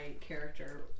character